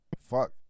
Fuck